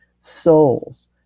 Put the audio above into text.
souls